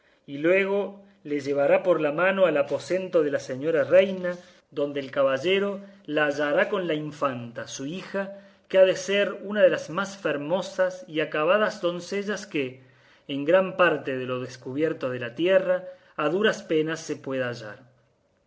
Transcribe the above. y luego le llevará por la mano al aposento de la señora reina adonde el caballero la hallará con la infanta su hija que ha de ser una de las más fermosas y acabadas doncellas que en gran parte de lo descubierto de la tierra a duras penas se pueda hallar